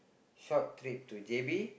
short trip to JB